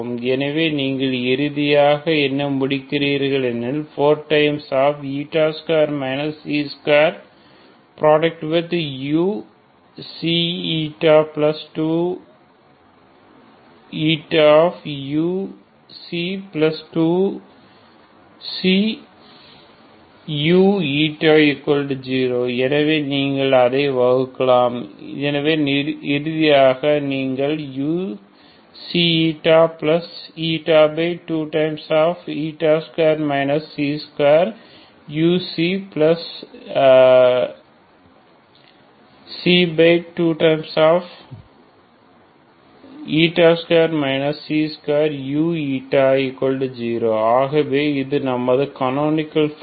எனவே நீங்கள் இறுதியாக என்ன முடிக்கிறீர்கள் எனில்42 2uξη2u2u0 எனவே நீங்கள் அதைப் வகுக்கலாம் எனவே இறுதியாக நீங்கள் பெறுவீர்கள் uξη22 2u22 2u0 ஆகவே இது நமது கனோனிகள் ஃபார்ம்